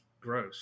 gross